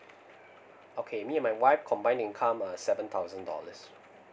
okay me and my wife's combined income are seven thousand dollars